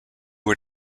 were